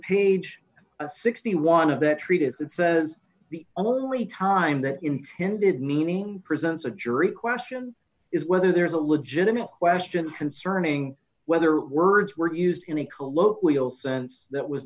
page sixty one of their treatise that says the only time that intended meaning presents a jury question is whether there is a legitimate question concerning whether words were used in a colloquial sense that was